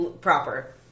proper